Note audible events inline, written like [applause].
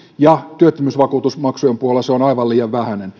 ja työttömyysvakuutusmaksujen puolella se on aivan liian vähäinen [unintelligible]